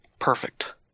perfect